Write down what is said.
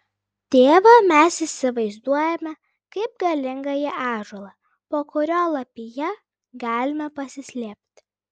tėvą mes įsivaizduojame kaip galingąjį ąžuolą po kurio lapija galime pasislėpti